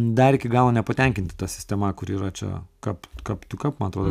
dar iki galo nepatenkinti ta sistema kuri yra čia kapt kapt kapt man atrodo